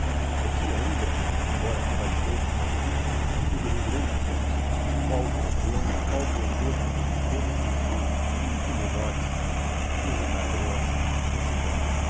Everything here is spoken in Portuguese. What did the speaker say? é de angra agora tu vais ver que magnífico vinho do rio grande temos qual borgonha qual bordeaux temos no sul muito melhores e o jantar correu assim nesse tom